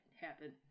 happen